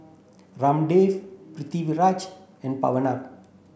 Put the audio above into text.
Ramdev Pritiviraj and Pranav